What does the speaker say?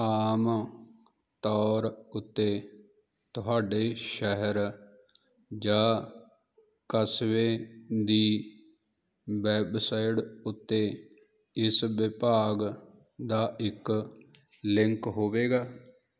ਆਮ ਤੌਰ ਉੱਤੇ ਤੁਹਾਡੇ ਸ਼ਹਿਰ ਜਾਂ ਕਸਬੇ ਦੀ ਵੈੱਬਸਾਈਟ ਉੱਤੇ ਇਸ ਵਿਭਾਗ ਦਾ ਇੱਕ ਲਿੰਕ ਹੋਵੇਗਾ